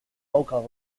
local